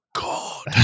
god